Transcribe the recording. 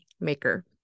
maker